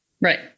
Right